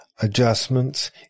adjustments